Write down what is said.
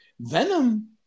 Venom